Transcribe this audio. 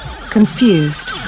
confused